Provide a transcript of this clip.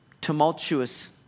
tumultuous